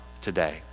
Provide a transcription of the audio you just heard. today